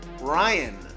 Ryan